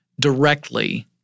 directly